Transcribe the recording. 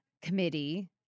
committee